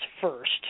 first